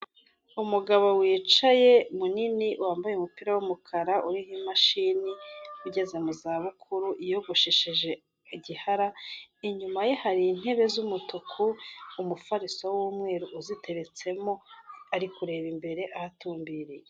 Umugabo wicaye, munini wambaye umupira w'umukara uriho imashini, ugeze mu zabukuru wiyogoshesheje igihara, inyuma ye hari intebe z'umutuku, umufariso w'umweru uziteretsemo, ari kureba imbere, ahatumbiriye.